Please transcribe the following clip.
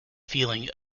feeling